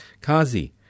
Kazi